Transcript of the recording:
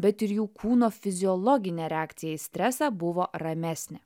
bet ir jų kūno fiziologinė reakcija į stresą buvo ramesnė